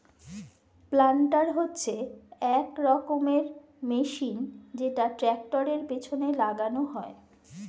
planter হচ্ছে এক রকমের মেশিন যেটা ট্র্যাক্টরের পেছনে লাগানো হয়